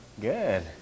Good